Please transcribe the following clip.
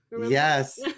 yes